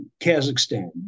Kazakhstan